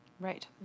Right